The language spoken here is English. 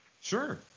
Sure